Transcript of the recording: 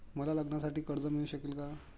मला लग्नासाठी कर्ज मिळू शकेल का?